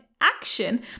action